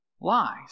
lies